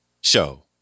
Show